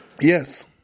Yes